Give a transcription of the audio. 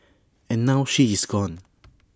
and now she is gone